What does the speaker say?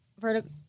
vertical